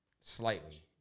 slightly